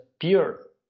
pure